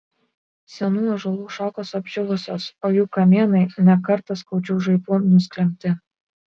senų ąžuolų šakos apdžiūvusios o jų kamienai ne kartą skaudžių žaibų nusklembti